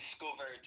discovered